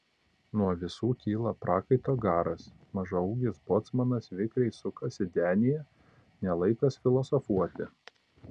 nuo visų kyla prakaito garas mažaūgis bocmanas vikriai sukasi denyje ne laikas filosofuoti